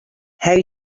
how